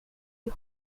you